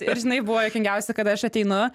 ir žinai buvo juokingiausia kad aš ateinu